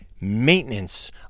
maintenance